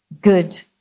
good